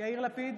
יאיר לפיד,